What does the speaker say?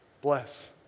Bless